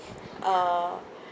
uh